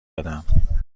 دادم